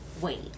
wait